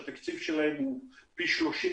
שהתקציב שלהן פי 30,